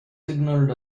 signaled